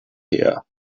here